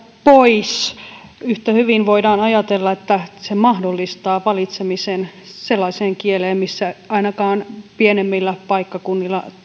pois valitsemisesta yhtä hyvin voidaan ajatella että se mahdollistaa valitsemisen sellaiseen kieleen mihin ainakaan pienemmillä paikkakunnilla